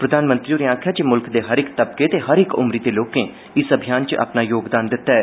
प्रधानमंत्री होरें आक्खेआ जे मुल्ख दे हर इक्क तबके ते हर इक्क उम्री दे लोकें इस अभियान च अपना योगदान दित्ता ऐ